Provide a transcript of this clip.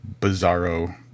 bizarro